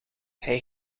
hij